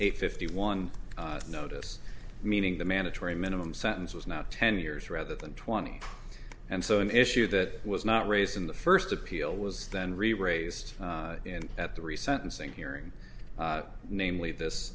a fifty one notice meaning the mandatory minimum sentences not ten years rather than twenty and so an issue that was not raised in the first appeal was then re raised in at three sentences hearing namely this